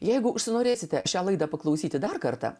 jeigu užsinorėsite šią laidą paklausyti dar kartą